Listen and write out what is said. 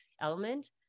element